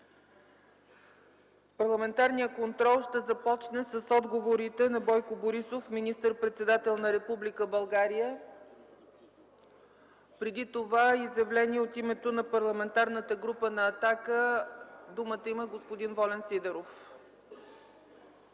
Парламентарният контрол ще започне с отговорите на Бойко Борисов – министър-председател на Република България. Преди това – изявление от името на Парламентарната група на „Атака”. Думата има господин Волен Сидеров.